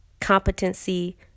competency